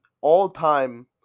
all-time